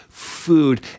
food